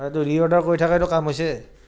এইটো reorder কৰি থকাইতো কাম হৈছে